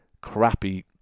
crappy